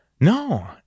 no